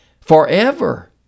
forever